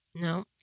no